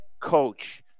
coach